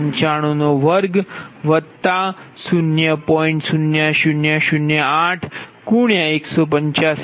5824